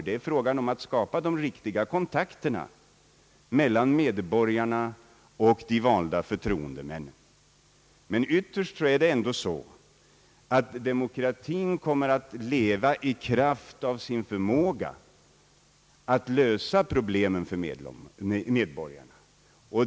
Det är frågan om att skapa de riktiga kontakterna mellan medborgarna och de valda förtroendemännen. Ytterst kommer demokratin emellertid att leva endast i kraft av sin förmåga att lösa problemen för medborgarna.